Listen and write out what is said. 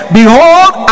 behold